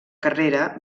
carrera